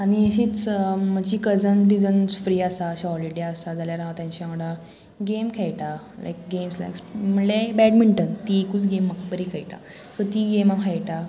आनी अशीच म्हजी कजन्स बी जन फ्री आसा अशे हॉलिडे आसा जाल्यार हांव तेंच्या वांगडा गेम खेळटा लायक गेम्स लायक म्हणल्यार बॅडमिंटन ती एकूच गेम म्हाका बरी खेळटा सो ती गेम हांव खेळटा